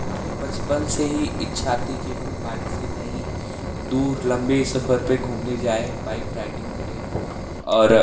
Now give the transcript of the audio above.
हमारी बचपन से ही इच्छा थी कि हम बाइक से कहीं दूर लंबे सफ़र पर घूमने जाएँ बाइक राइडिंग करें और